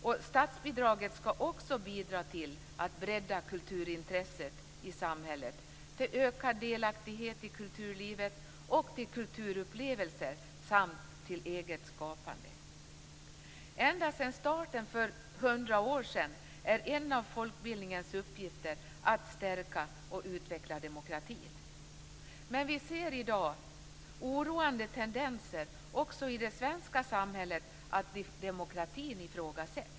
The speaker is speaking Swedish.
Men statsbidraget skall också bidra till att bredda kulturintresset i samhället, till ökad delaktighet i kulturlivet och till kulturupplevelser men också till eget skapande. Ända sedan starten för hundra år sedan är en av folkbildningens uppgifter att stärka och utveckla demokratin. Men vi ser i dag också i det svenska samhället oroande tendenser till att demokratin ifrågasätts.